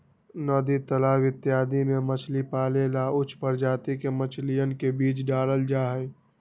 नदी तालाब इत्यादि में मछली पाले ला उच्च प्रजाति के मछलियन के बीज डाल्ल जाहई